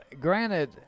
granted